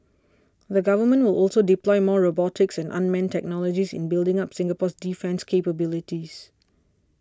the Government will also deploy more robotics and unmanned technologies in building up Singapore's defence capabilities